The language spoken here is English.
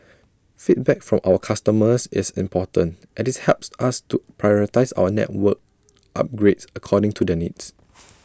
feedback from our customers is important as IT helps us to prioritise our network upgrades according to their needs